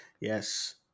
yes